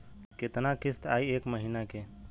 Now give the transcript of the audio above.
कितना किस्त आई एक महीना के?